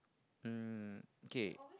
um okay